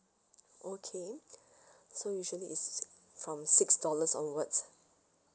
okay so usually it's from six dollars onwards